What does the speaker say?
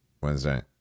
Wednesday